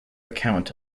account